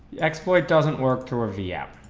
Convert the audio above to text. exploit doesn't work through a vm